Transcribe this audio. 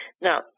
Now